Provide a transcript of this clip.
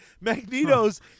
Magneto's